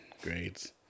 grades